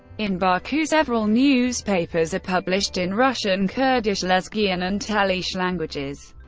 in baku several newspapers are published in russian, kurdish, lezgian and talysh languages.